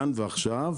כאן ועכשיו,